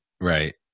Right